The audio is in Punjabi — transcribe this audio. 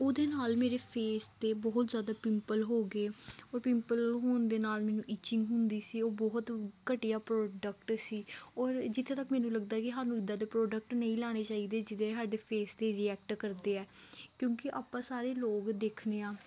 ਉਹਦੇ ਨਾਲ ਮੇਰੇ ਫੇਸ 'ਤੇ ਬਹੁਤ ਜ਼ਿਆਦਾ ਪਿੰਪਲ ਹੋ ਗਏ ਉਹ ਪਿੰਪਲ ਹੋਣ ਦੇ ਨਾਲ ਮੈਨੂੰ ਇਚਿੰਗ ਹੁੰਦੀ ਸੀ ਉਹ ਬਹੁਤ ਘਟੀਆ ਪ੍ਰੋਡਕਟ ਸੀ ਔਰ ਜਿੱਥੇ ਤੱਕ ਮੈਨੂੰ ਲੱਗਦਾ ਕਿ ਸਾਨੂੰ ਇੱਦਾਂ ਦੇ ਪ੍ਰੋਡਕਟ ਨਹੀਂ ਲੈਣੇ ਚਾਹੀਦੇ ਜਿਹੜੇ ਸਾਡੇ ਫੇਸ 'ਤੇ ਰਿਐਕਟ ਕਰਦੇ ਆ ਕਿਉਂਕਿ ਆਪਾਂ ਸਾਰੇ ਲੋਕ ਦੇਖਦੇ ਹਾਂ